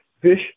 fish